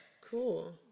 Cool